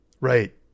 Right